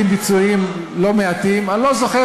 לא נכון.